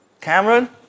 Cameron